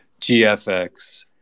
GFX